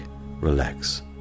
relax